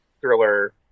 thriller